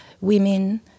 women